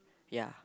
ya